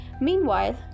Meanwhile